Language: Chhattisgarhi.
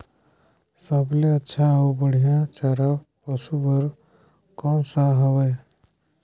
सबले अच्छा अउ बढ़िया चारा पशु बर कोन सा हवय?